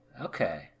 Okay